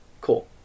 cool